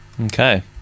Okay